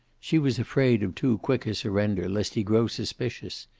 she was afraid of too quick a surrender lest he grow suspicious.